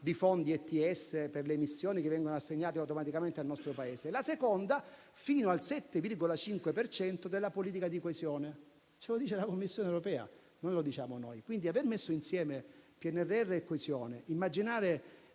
di fondi ETS per le missioni che vengono assegnati automaticamente al nostro Paese; la seconda è quella fino al 7,5 per cento della politica di coesione. Ce lo dice la Commissione europea, non lo diciamo noi. Dunque, aver messo insieme PNRR e coesione, immaginare